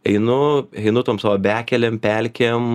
einu einu tamsoj bekelėm pelkėm